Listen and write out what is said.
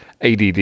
ADD